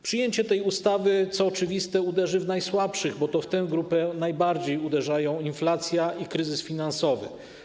Przyjęcie tej ustawy, co oczywiste, uderzy w najsłabszych, bo to w tę grupę najbardziej uderzają inflacja i kryzys finansowy.